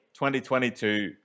2022